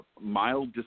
mild